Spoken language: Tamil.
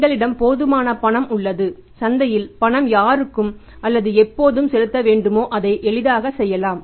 எங்களிடம் போதுமான பணம் உள்ளது சந்தையில் பணம் யாருக்கு அல்லது எப்போது செலுத்த வேண்டுமோ அதை எளிதாக செய்யலாம்